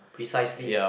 precisely